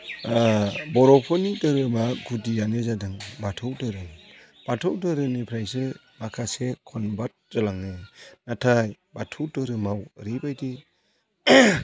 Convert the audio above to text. बर'फोरनि धोरोमा गुदियानो जादों बाथौ धोरोम बाथौ धोरोमनिफ्रायसो माखासे कन्भार्ट जालाङो नाथाय बाथौ धोरोमाव ओरैबायदि